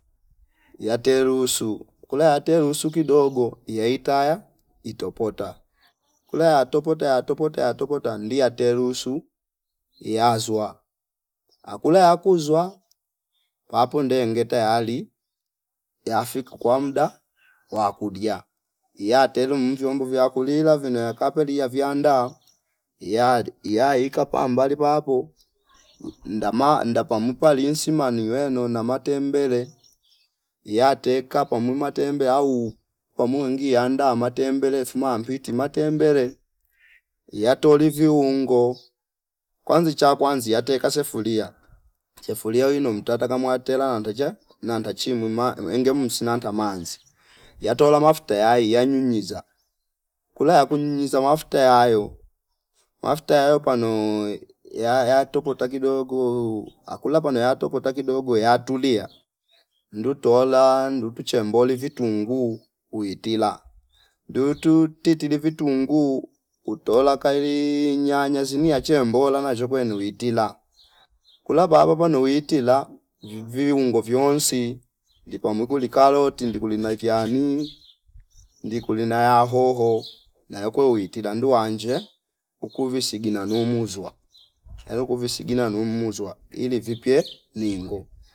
Yatelusu kula yate ruhusu kidogo yaitaya itopota kula yatopota yatopota yatopota ndi yatelusu yazwa akula yakuzwa apo nde nge tayari yafik kwa mda wa kudia yatelu mmvyombo vya kulila vino ya kapelia viyanda yali yaikapa mbali papo ndama ndapa mpalinsima niweno na matembele yate kapa umwima tembe au kwa mongi yanda matembele fuma apwiti matembele yatolivyu ungo, kwanza cha kwanza iyate kasi sifulia. Sifulia winom mtata kamwatela andoja nanda chimu mwima engem sinata manzi yatola mafuta yai yanyingiza kula ya kunjinza mafuta yayo, mafuta yayo pano ya- yatopota kidogo akula pano yatopota kidogo yatulia ndutola ndutu chemboli vitungu uitila ndutu ti tilivi tungu utola kali nyanya zini ache mbola nashekwenu uitila kula vavavo nouitila vi- viungo vyonsi ndikwa mukuli kaloti ndukili na ivyani ndikuli na ya hoho na ya kweuiti landu wanje uku visigi nanu muzwa euku visigi nanu muuzwaili vipye ningo